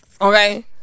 okay